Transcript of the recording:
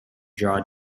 draw